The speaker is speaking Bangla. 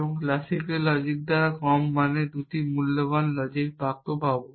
এবং ক্লাসিক্যাল লজিক দ্বারা কম মানে 2 মূল্যবান লজিক বাক্য পাব